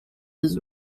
this